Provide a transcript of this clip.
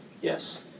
Yes